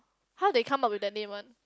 how they come up with the name one